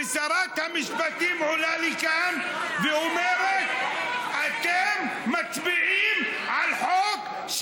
ושרת המשפטים עולה לכאן ואומרת: אתם מצביעים על חוק,